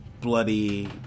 bloody